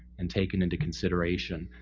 and taken into consideration.